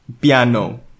Piano